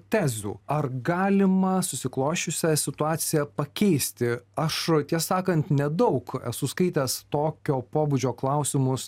tezių ar galima susiklosčiusią situaciją pakeisti aš tiesą sakant nedaug esu skaitęs tokio pobūdžio klausimus